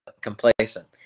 complacent